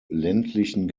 ländlichen